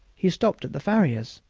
he stopped at the farrier's,